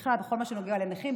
ובכלל בכל מה שנוגע לנכים,